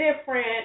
different